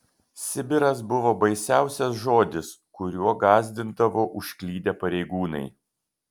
sibiras buvo baisiausias žodis kuriuo gąsdindavo užklydę pareigūnai